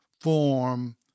form